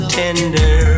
tender